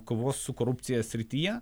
kovos su korupcija srityje